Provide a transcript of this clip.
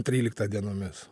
tryliktą dienomis